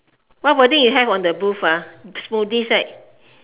what wording you have on the booth smoothies right